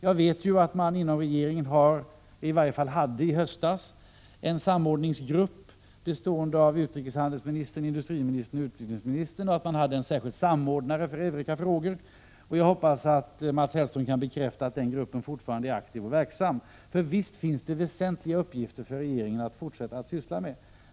Jag vet ju att man inom regeringen har, eller i varje fall i höstas hade, en samordningsgrupp bestående av utrikeshandelsministern, industriministern och utrikesministern och att man hade en särskild samordnare för EUREKA-frågor. Jag hoppas att Mats Hellström kan bekräfta att denna grupp fortfarande är aktiv och verksam. För visst finns det väsentliga uppgifter för regeringen att fortsätta att syssla med.